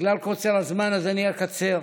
בגלל קוצר הזמן אקצר.